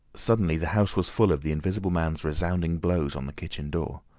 suddenly the house was full of the invisible man's resounding blows on the kitchen door.